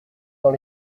dans